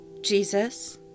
Jesus